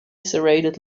serrated